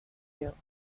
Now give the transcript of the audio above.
hill